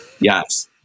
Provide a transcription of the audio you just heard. Yes